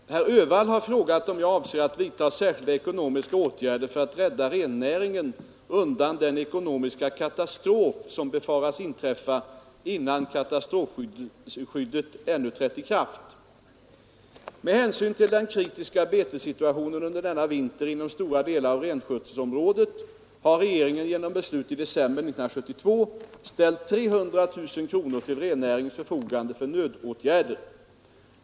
Herr talman! Herr Öhvall har frågat om jag avser att vidta särskilda ekonomiska åtgärder för att rädda rennäringen undan den ekonomiska 23 rädda rennäringen från ekonomisk katastrof katastrof som befaras inträffa innan katastrofskadeskyddet ännu trätt i kraft. Med hänsyn till den kritiska betessituationen under denna vinter inom stora delar av renskötselområdet har regeringen genom beslut i december 1972 ställt 300 000 kronor till rennäringens förfogande för nödåtgärder.